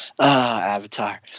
Avatar